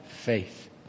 faith